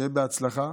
שיהיה בהצלחה